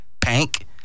Pank